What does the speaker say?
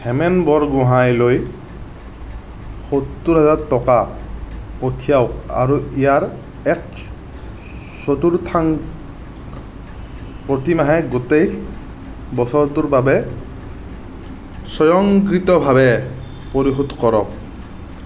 হেমেন বৰগোহাঞি লৈ সত্তৰ হাজাৰ টকা পঠিয়াওক আৰু ইয়াৰ এক চতুৰ্থাংশ প্ৰতিমাহে গোটেই বছৰটোৰ বাবে স্বয়ংক্ৰিয়ভাৱে পৰিশোধ কৰক